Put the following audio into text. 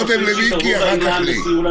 סגן ראש עיריית רמת גן ויושב-ראש דירקטוריון הספארי.